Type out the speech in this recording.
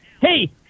Hey